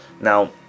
now